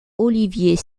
olivier